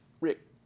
Rick